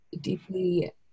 deeply